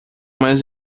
mais